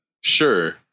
sure